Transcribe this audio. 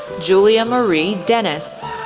julia marie denniss,